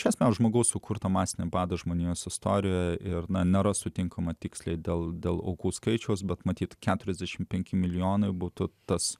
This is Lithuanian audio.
grėsmę žmogaus sukurto masinio bado žmonijos istorijoje ir na nėra sutinkama tiksliai dėl aukų skaičiaus bet matyt keturiasdešimt penki milijonai būtų tas